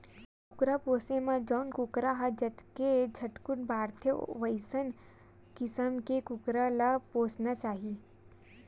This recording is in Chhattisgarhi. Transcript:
कुकरा पोसइ म जउन कुकरा ह जतके झटकुन बाड़थे वइसन किसम के कुकरा ल पोसना चाही